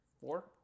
four